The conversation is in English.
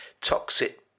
toxic